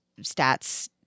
stats